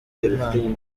imana